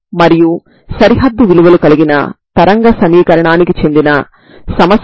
ఇది మన వద్ద వున్న సరిహద్దు విలువ కలిగిన తరంగ సమీకరణానికి సంబంధించిన సమస్య